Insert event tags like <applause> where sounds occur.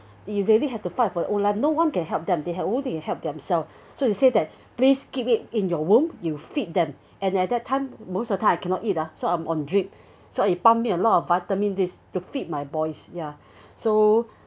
you really have to fight for your own life no one can help them they had only help themselves <breath> so you say that <breath> please keep it in your womb you feed them and at that time most of time I cannot eat ah so I'm on drip <breath> so it pump me a lot of vitamins this to feed my boys ya <breath> so